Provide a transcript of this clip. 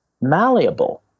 malleable